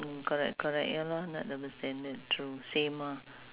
mm correct correct ya lor not double standard true same ah